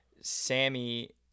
Sammy